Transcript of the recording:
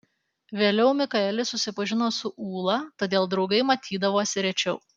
vėliau mikaelis susipažino su ūla todėl draugai matydavosi rečiau